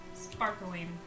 Sparkling